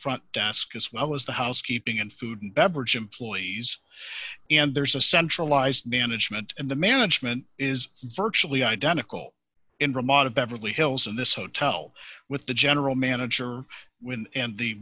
front desk as well as the housekeeping and food and beverage employees and there's a centralized management and the management is virtually identical in ramada beverly hills in this hotel with the general manager when and the